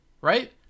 right